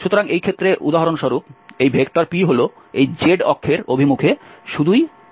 সুতরাং এই ক্ষেত্রে উদাহরণস্বরূপ এই p হলো এই z অক্ষের অভিমুখে শুধুই k